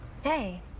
Hey